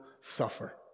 suffer